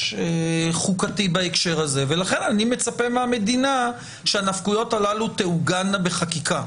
חוקתי בהקשר הזה ולכן אני מצפה מהמדינה שהנפקויות הללו תעוגנה בחקיקה.